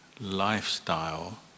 lifestyle